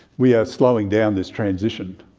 we are slowing down this transition.